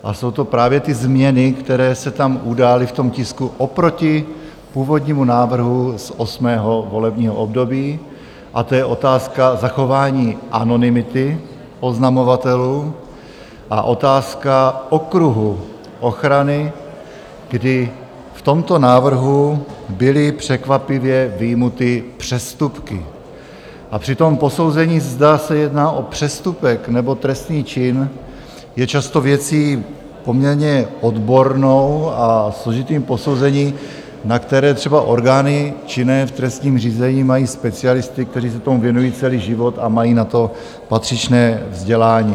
A jsou to právě ty změny, které se tam udály v tom tisku oproti původnímu návrhu z 8. volebního období, a to je otázka zachování anonymity oznamovatelů a otázka okruhu ochrany, kdy v tomto návrhu byly překvapivě vyjmuty přestupky, a přitom posouzení, zda se jedná o přestupek, nebo trestný čin, je často věcí poměrně odbornou a složitým posouzením, na které třeba orgány činné v trestním řízení mají specialisty, kteří se tomu věnují celý život a mají na to patřičné vzdělání.